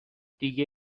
دیگه